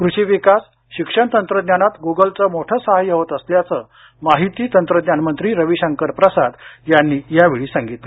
कृषी विकास शिक्षण तंत्रज्ञानात गुगलचं मोठं साहाय्य होत असल्याचं माहिती तंत्रज्ञान मंत्री रविशंकर प्रसाद यांनी यावेळी सांगितलं